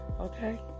okay